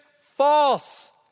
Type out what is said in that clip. false